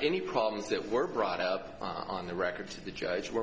any problems that were brought up on the records of the judge were